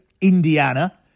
Indiana